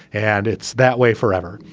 and it's that way forever.